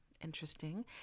interesting